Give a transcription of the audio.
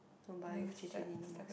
nobody love J J Lin the most